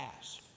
ask